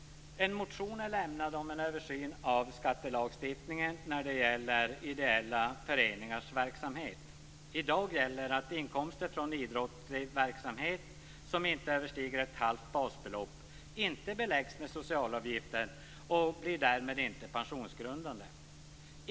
En motion har väckts om en översyn av skattelagstiftningen när det gäller ideella föreningars verksamhet. I dag gäller att inkomster från idrottslig verksamhet som inte överstiger ett halvt basbelopp inte beläggs med socialavgifter och därmed inte blir pensionsgrundande.